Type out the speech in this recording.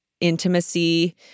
intimacy